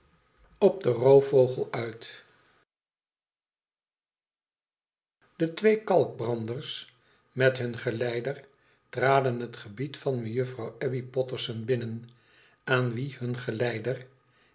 op den roofvogel uit de twee kalkbranders met hun geleider traden het gebied van mejufaw abbey potterson binnen aan wie hun geleider